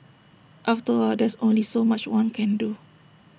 after all there's only so much one can do